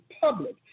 public